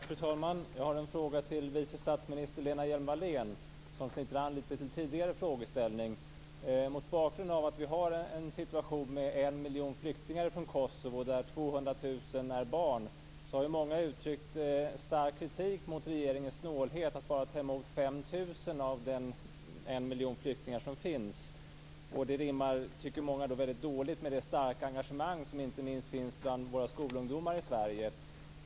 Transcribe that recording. Fru talman! Jag har en fråga till vice statsminister Lena Hjelm-Wallén. Den knyter an lite till tidigare frågeställning. Vi har en situation med en miljon flyktingar från Kosovo, varav 200 000 är barn. Mot bakgrund av det har många uttryckt en stark kritik mot regeringens snålhet. Man tar bara emot 5 000 av den miljon flyktingar som finns. Många tycker att det rimmar illa med det starka engagemang som finns inte minst bland våra skolungdomar i Sverige.